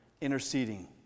interceding